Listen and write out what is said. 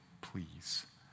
please